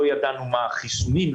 לא ידענו מה החיסונים,